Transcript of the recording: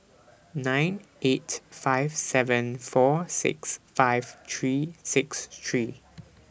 nine eight five seven four six five three six three